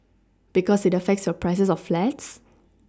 because it affects your prices of flats